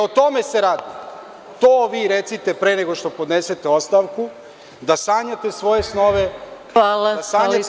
O tome se radi, to vi recite pre nego što podnesete ostavku, da sanjate svoje snove, da sanjate